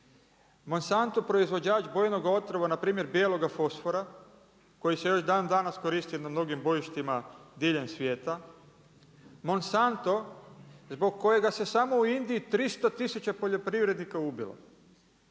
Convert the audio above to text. Monsanto proizvođač bojnog otvora, npr. bijeloga fosfora koji se još danas koristi na mnogim bojištima diljem svijeta. Monsanto zbog kojega se samo u Indiji 300 tisuća poljoprivrednika ubilo.